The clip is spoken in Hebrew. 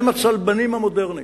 הם הצלבנים המודרנים.